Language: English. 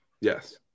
Yes